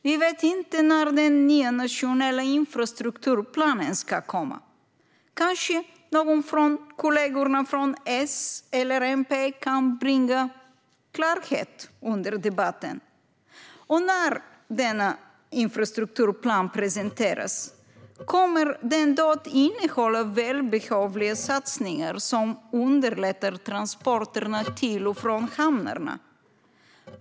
Vi vet inte när den nya nationella infrastrukturplanen ska komma; kanske kan någon av kollegorna från S eller MP bringa klarhet under debatten? Och när denna infrastrukturplan presenteras, kommer den då att innehålla välbehövliga satsningar som underlättar transporterna till och från hamnarna?